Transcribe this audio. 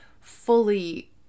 fully